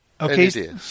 Okay